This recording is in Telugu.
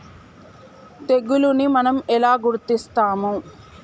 తెగులుని మనం ఎలా గుర్తిస్తాము?